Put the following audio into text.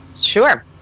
Sure